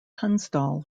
tunstall